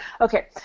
Okay